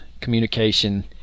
communication